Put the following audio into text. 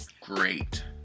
great